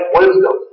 wisdom